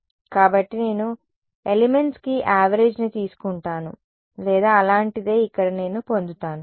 కాబట్టి నేను ఎలిమెంట్స్కి యావరేజ్ని తీసుకుంటాను లేదా అలాంటిదేదో ఇక్కడ నేను పొందుతాను